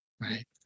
right